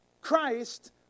Christ